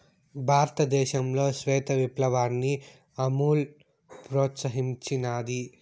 భారతదేశంలో శ్వేత విప్లవాన్ని అమూల్ ప్రోత్సహించినాది